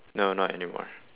no not anymore